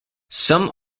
some